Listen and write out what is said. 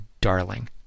Darling